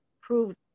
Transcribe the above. prove